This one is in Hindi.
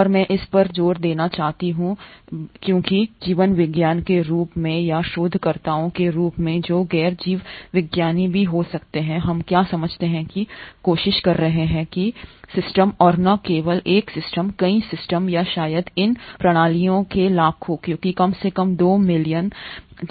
और मैं इस पर जोर देना चाहता हूं बिंदु क्योंकि जीवविज्ञानी के रूप में या शोधकर्ताओं के रूप में जो गैर जीवविज्ञानी भी हो सकते हैं हम क्या समझने की कोशिश कर रहे हैं सिस्टम और न केवल एक सिस्टम कई सिस्टम या शायद इन प्रणालियों के लाखों क्योंकि कम से कम 2 मिलियन